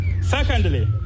Secondly